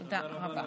תודה רבה.